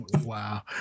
Wow